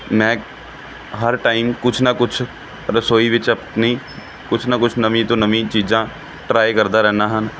ਮੈਂ ਹਰ ਟਾਈਮ ਕੁਛ ਨਾ ਕੁਛ ਰਸੋਈ ਵਿੱਚ ਆਪਣੀ ਕੁਛ ਨਾ ਕੁਛ ਨਵੀਂ ਤੋਂ ਨਵੀਂ ਚੀਜ਼ਾਂ ਟਰਾਈ ਕਰਦਾ ਰਹਿੰਦਾ ਹਨ